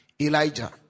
Elijah